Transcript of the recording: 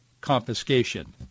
confiscation